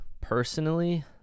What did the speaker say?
personally